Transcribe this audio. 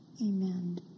Amen